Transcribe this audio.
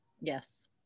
yes